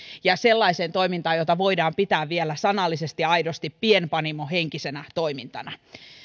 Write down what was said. ja sellaiseen toimintaan jota voidaan vielä pitää sanallisesti ja aidosti pienpanimohenkisenä toimintana